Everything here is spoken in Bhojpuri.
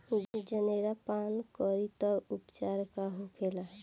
जनेरा पान करी तब उपचार का होखेला?